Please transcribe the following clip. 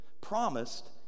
Promised